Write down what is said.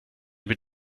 mit